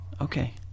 Okay